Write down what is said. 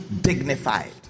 dignified